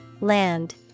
Land